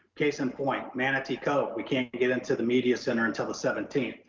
case in point, manatee cove, we can't get into the media center until the seventeenth,